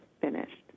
finished